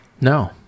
No